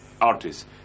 artists